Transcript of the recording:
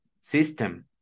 system